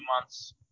months